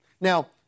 Now